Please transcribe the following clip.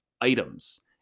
items